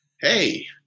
Hey